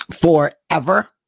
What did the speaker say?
forever